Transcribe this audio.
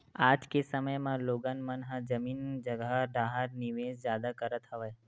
आज के समे म लोगन मन ह जमीन जघा डाहर निवेस जादा करत हवय